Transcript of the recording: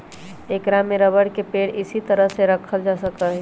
ऐकरा में रबर के पेड़ इसी तरह के रखल जा सका हई